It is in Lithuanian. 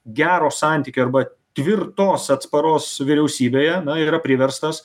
gero santykio arba tvirtos atsparos vyriausybėje na yra priverstas